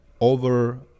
over